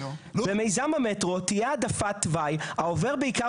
במיזם המטרו תהיה העדפת תוואי העובר בעיקר